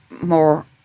more